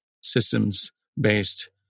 systems-based